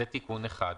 זה תיקון אחד.